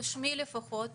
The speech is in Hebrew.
בשמי לפחות,